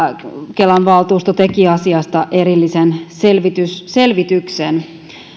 kelan valtuusto teki asiasta erillisen selvityksen